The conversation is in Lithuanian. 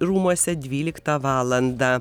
rūmuose dvyliktą valandą